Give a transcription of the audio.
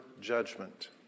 judgment